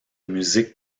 musique